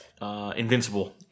Invincible